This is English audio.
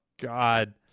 God